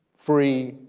free,